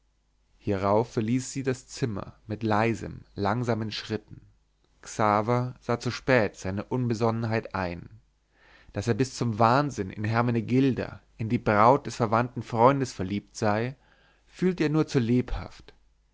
hierauf verließ sie das zimmer mit leisen langsamen schritten xaver sah zu spät seine unbesonnenheit ein daß er bis zum wahnsinn in hermenegilda in die braut des verwandten freundes verliebt sei fühlte er nur zu lebhaft